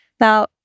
Now